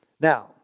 Now